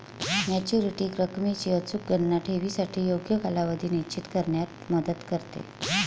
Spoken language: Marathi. मॅच्युरिटी रकमेची अचूक गणना ठेवीसाठी योग्य कालावधी निश्चित करण्यात मदत करते